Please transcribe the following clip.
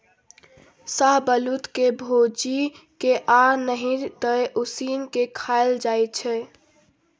शाहबलुत के भूजि केँ आ नहि तए उसीन के खाएल जाइ छै